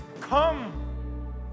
come